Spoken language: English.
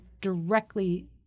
directly